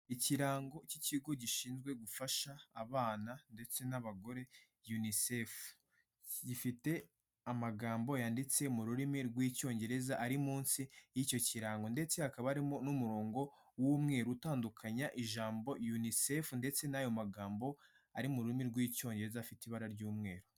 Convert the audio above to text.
Ikirango k'ikigo gishinzwe gufasha abana ndetse n'abagore Unicef, gifite amagambo yanditse mu rurimi rw'icyongereza, ari munsi y'icyo kirango ndetse hakaba harimo n'umurongo w'umweru utandukanya ijambo Unicef ndetse n'ayo magambo ari mu rurimi rw'icyongereza, afite ibara ry'umweru.